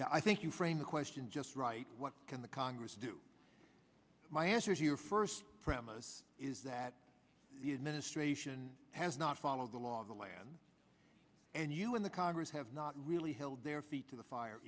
china i think you frame the question just right what can the congress do my answer is your first premise is that the administration has not followed the law the lamb and you in the congress have not really held their feet to the fire